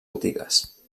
botigues